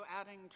adding